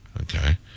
Okay